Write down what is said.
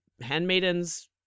handmaidens